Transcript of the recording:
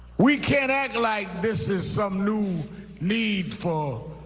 we can't act like this is some nuew need for